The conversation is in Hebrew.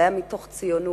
זה היה מתוך ציונות.